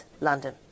London